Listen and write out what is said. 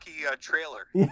trailer